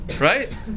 Right